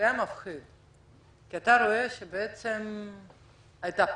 זה היה מפחיד כי אתה רואה שהייתה פאניקה,